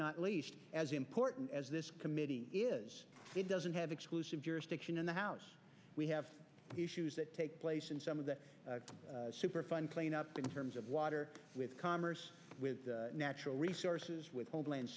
not least as important as this committee is it doesn't have exclusive jurisdiction in the house we have issues that take place in some of the super fun playing up in terms of water with commerce with natural resources with old land